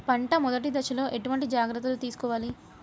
పంట మెదటి దశలో ఎటువంటి జాగ్రత్తలు తీసుకోవాలి?